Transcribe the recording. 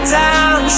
down